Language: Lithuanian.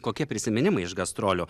kokie prisiminimai iš gastrolių